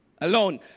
alone